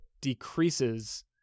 decreases